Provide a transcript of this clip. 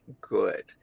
good